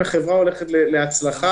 או שהחברה הולכת להצלחה,